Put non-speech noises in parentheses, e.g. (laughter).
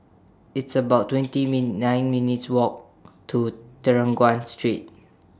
It's about twenty (unintelligible) nine minutes' Walk to (unintelligible) Street